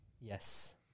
Yes